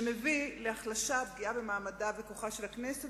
שמביא להחלשה ולפגיעה במעמדה ובכוחה של הכנסת.